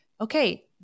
Okay